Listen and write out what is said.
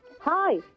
Hi